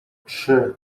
trzy